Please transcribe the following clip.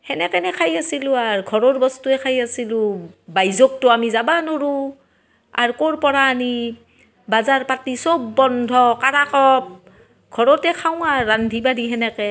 সেনেকেনে খাই আছিলোঁ আৰ ঘৰৰ বস্তুৱে খাই আছিলোঁ বাইজোক ত' আমি যাবা নৰু আৰ ক'ৰপৰা আনি বাজাৰ পাতি চব বন্ধ কাৰাকপ ঘৰতে খাওঁ আৰু ৰান্ধি বাঢ়ি সেনেকৈ